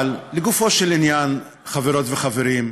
אבל לגופו של עניין, חברות וחברים,